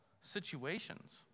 situations